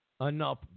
enough